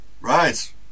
right